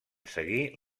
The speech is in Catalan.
seguir